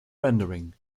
rendering